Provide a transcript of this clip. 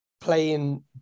playing